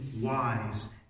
wise